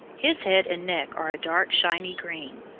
his head and neck are a dark shiny green.